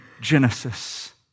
Genesis